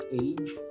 age